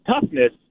toughness